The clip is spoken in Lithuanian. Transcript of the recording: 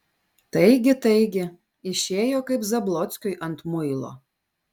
taigi taigi išėjo kaip zablockiui ant muilo